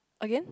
again